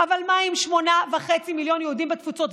אבל מה עם שמונה וחצי מיליון יהודים בתפוצות?